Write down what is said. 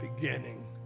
beginning